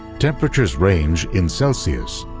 temperatures range, in celsius,